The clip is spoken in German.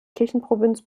kirchenprovinz